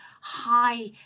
high